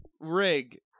Rig